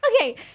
okay